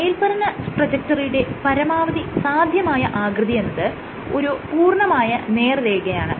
മേല്പറഞ്ഞ ട്രജക്ടറിയുടെ പരമാവധി സാധ്യമായ ആകൃതിയെന്നത് ഒരു പൂർണമായ നേർരേഖയാണ്